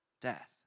death